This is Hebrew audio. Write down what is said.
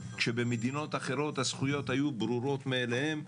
כשבמדינות אחרות הזכויות היו ברורות מאליהן,